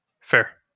Fair